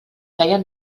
feien